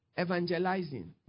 evangelizing